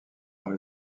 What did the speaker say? dans